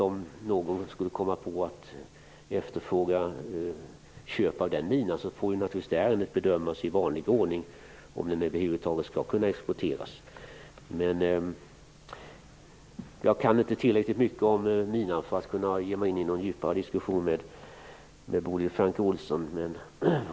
Om någon skulle efterfråga köp av den minan får det naturligtvis bedömas i vanlig ordning om den över huvud taget skall kunna exporteras. Jag kan inte tillräckligt mycket om minan för att kunna ge mig in i någon djupare diskussion med Bodil Francke Ohlsson.